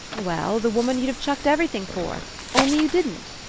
well, the woman you'd have chucked everything for only you didn't,